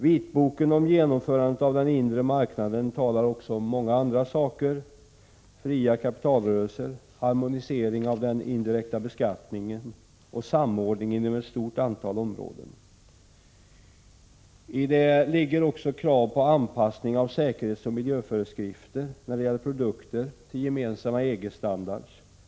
Vitboken om genomförandet av den s.k. inre marknaden talar också om andra saker: fria kapitalrörelser, harmonisering av den indirekta beskattningen och samordning inom ett stort antal områden. I detta ligger också krav på anpassning av säkerhetsoch miljöföreskrifter för produkter till gemensamma EG-standarder.